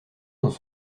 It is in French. dans